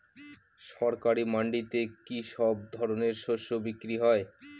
সরকারি মান্ডিতে কি সব ধরনের শস্য বিক্রি হয়?